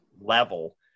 level